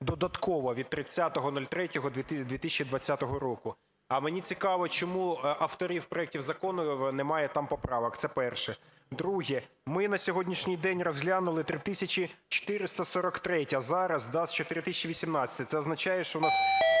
додаткова від 30.03.2020 року. А мені цікаво, чому авторів проекту закону немає там поправок. Це перше. Друге. Ми на сьогоднішній день розглянули 3 тисячі 443 зараз з 4 тисячі 18. Це означає, що у нас